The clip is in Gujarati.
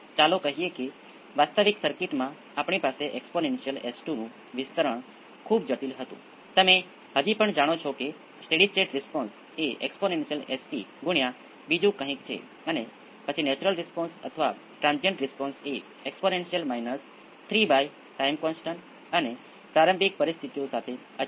હું નેચરલ રિસ્પોન્સની ગણતરી કરવા માટે Vs ને 0 ની બરાબર ગણું છું અને આપણી પાસે R L અને C અને ઇન્ડક્ટર વોલ્ટેજ પ્રારંભિક સ્થિતિ પર છે